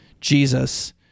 Jesus